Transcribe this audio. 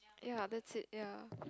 ya that's it ya